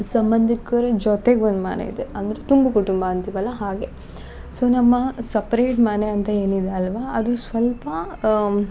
ಸಂಬಂಧಿಕರು ಜೊತೆಗೆ ಒಂದು ಮನೆಯಿದೆ ಅಂದರೆ ತುಂಬು ಕುಟುಂಬ ಅಂತೀವಲ್ಲ ಹಾಗೆ ಸೊ ನಮ್ಮ ಸಪ್ರೇಟ್ ಮನೆ ಅಂತ ಏನಿದೆ ಅಲ್ಲವಾ ಅದು ಸ್ವಲ್ಪ